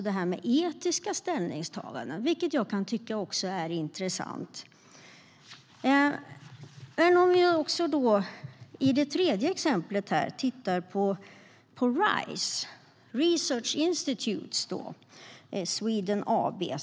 Det gäller etiska ställningstaganden, vilket också jag kan tycka är intressant. Det tredje exemplet är RISE Research Institutes of Sweden AB.